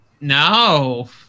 no